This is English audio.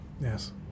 Yes